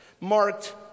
marked